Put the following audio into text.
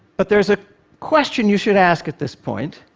but there's a question you should ask at this point,